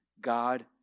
God